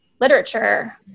literature